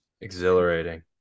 Exhilarating